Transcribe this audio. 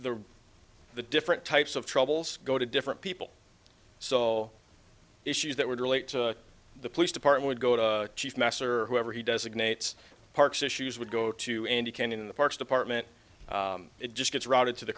the the different types of troubles go to different people so all issues that would relate to the police department go to chief mess or whoever he does ignatz parks issues would go to and you can in the parks department it just gets routed to the